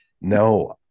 No